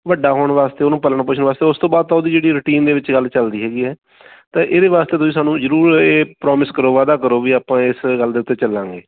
ਵੱਡਾ ਹੋਣ ਵਾਸਤੇ ਉਹਨੂੰ ਪਾਲਣ ਪੋਸ਼ਣ ਵਾਸਤੇ ਉਸ ਤੋਂ ਬਾਅਦ ਤਾਂ ਉਹਦੀ ਜਿਹੜੀ ਰੂਟੀਨ ਦੇ ਵਿੱਚ ਗੱਲ ਚੱਲਦੀ ਹੈਗੀ ਹੈ ਤਾਂ ਇਹਦੇ ਵਾਸਤੇ ਤੁਸੀਂ ਸਾਨੂੰ ਜ਼ਰੂਰ ਇਹ ਪ੍ਰੋਮਿਸ ਕਰੋ ਵਾਅਦਾ ਕਰੋ ਵੀ ਆਪਾਂ ਇਸ ਗੱਲ ਦੇ ਉੱਤੇ ਚੱਲਾਂਗੇ